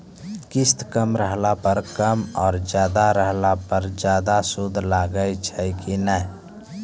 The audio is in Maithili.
किस्त कम रहला पर कम और ज्यादा रहला पर ज्यादा सूद लागै छै कि नैय?